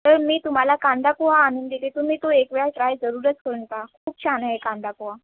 तर मी तुम्हाला कांदा पोहा आणून देते तुम्ही तो एकवेळा ट्राय जरूरच करून पहा खूप छान आहे कांदा पोहा